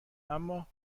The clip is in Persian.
اما